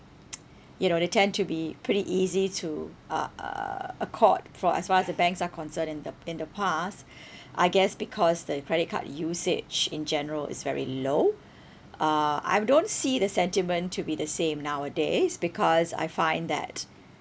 you know they tend to be pretty easy to uh uh uh accord for as far as the banks are concerned in the in the past I guess because the credit card usage in general is very low uh I don't see the sentiment to be the same nowadays because I find that